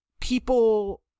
people